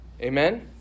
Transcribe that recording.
Amen